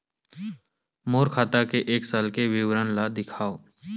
मोर खाता के एक साल के विवरण ल दिखाव?